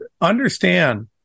understand